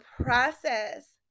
process